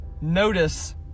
notice